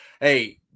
hey